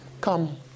come